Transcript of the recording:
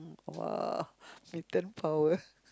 !wah! mutant power